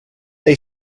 they